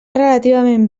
relativament